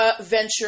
venture